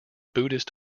buddhist